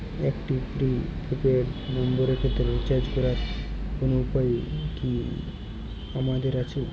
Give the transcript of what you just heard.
একটি prepaid নম্বরের ক্ষেত্রে রিচার্জ করার কোনো উপায় কি আমাদের আছে?